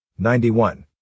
91